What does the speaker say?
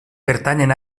pertanyen